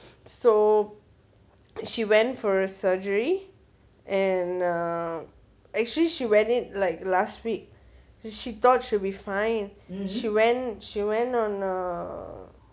so she went for a surgery and err um actually she went it like last week she thought would be fine she went she went on err